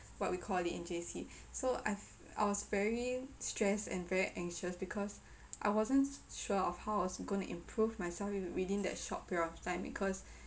what we call it in J_C so I've I was very stress and very anxious because I wasn't sure of how I was gonna improve myself within that short period of time because